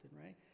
right